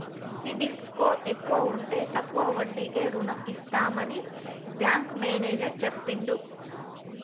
CIBIL score ఎక్కువ ఉంటే తక్కువ వడ్డీకే రుణం ఇస్తామని బ్యాంకు మేనేజర్ చెప్పిండు